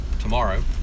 tomorrow